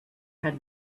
had